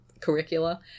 curricula